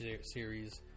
series